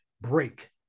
break